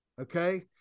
Okay